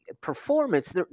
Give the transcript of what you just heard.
performance